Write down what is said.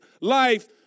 life